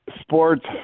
sports